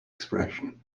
expression